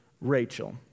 Rachel